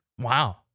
Wow